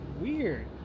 weird